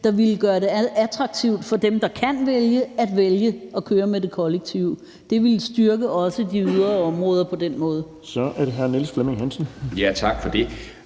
der ville gøre det attraktivt for dem, der kan vælge, at vælge at køre med det kollektive. Det ville styrke også de ydre områder. Kl. 18:38 Den fg. formand (Erling Bonnesen): Så er det